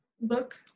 book